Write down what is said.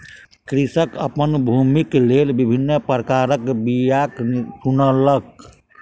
कृषक अपन भूमिक लेल विभिन्न प्रकारक बीयाक चुनलक